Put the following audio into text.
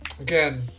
Again